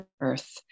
earth